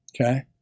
okay